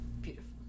beautiful